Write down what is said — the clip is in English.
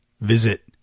Visit